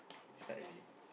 start already